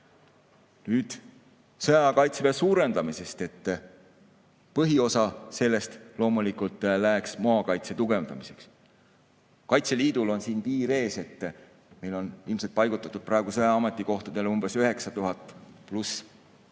Nüüd sõjaaja Kaitseväe suurendamisest. Põhiosa sellest loomulikult läheks maakaitse tugevdamiseks. Kaitseliidul on siin piir ees. Meil on paigutatud praegu sõjaaja ametikohtadele umbes 9000+